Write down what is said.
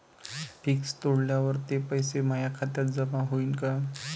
Fix तोडल्यावर ते पैसे माया खात्यात जमा होईनं का?